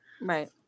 Right